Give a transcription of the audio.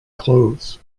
clothes